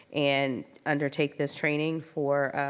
and undertake this training for